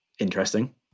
Interesting